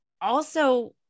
also-